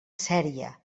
sèrie